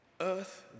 Earth